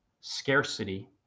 scarcity